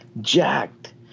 jacked